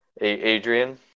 Adrian